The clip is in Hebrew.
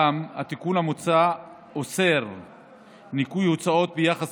אולם התיקון המוצע אוסר ניכוי הוצאות ביחס